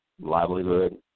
livelihood